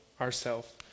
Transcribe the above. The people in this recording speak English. ourself